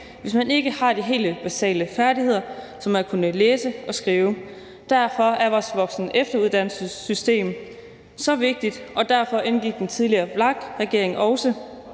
hvis man ikke har de helt basale færdigheder som at kunne læse og skrive. Derfor er vores voksen- og efteruddannelsessystem så vigtigt, og derfor indgik den tidligere VLAK-regering også